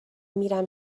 میرم